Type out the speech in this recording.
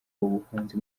ubuhunzi